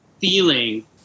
feeling